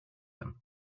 him